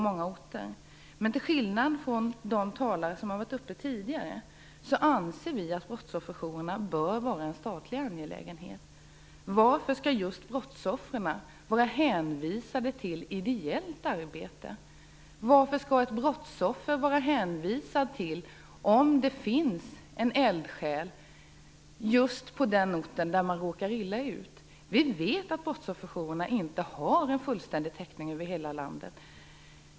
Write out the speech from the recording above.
Men till skillnad från tidigare talare anser jag att brottsofferjourerna bör vara en statlig angelägenhet. Varför skall just brottsoffren vara hänvisade till ideellt arbete? Varför skall ett brottsoffer vara beroende av om det finns en eldsjäl på just den ort där brottsoffret har råkat illa ut. Vi vet att brottsofferjourerna inte har en fullständig täckning i landet.